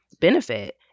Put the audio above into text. benefit